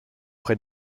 près